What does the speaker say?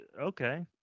okay